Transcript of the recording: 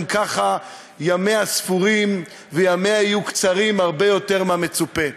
ככה ימיה ספורים וימיה יהיו קצרים הרבה יותר מהמצופה.